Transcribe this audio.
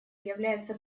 является